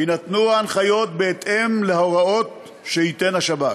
יינתנו ההנחיות בהתאם להוראות שייתן השב"כ.